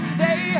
day